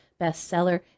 bestseller